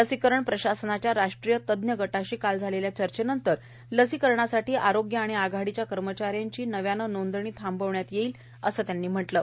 लसीकरण प्रशासनाच्या राष्ट्रीय तज्ञ गटाशी काल झालेल्या चर्चेनंतर लसीकरणासाठी आरोग्य आणि आघाडीच्या कर्मचाऱ्यांची नव्याने नोंदणी ताबडतोब थांबवण्यात आल्याचं भूषण यांनी म्हटलं आहे